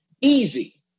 Easy